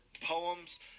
poems